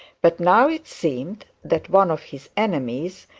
but now it seemed that one of his enemies,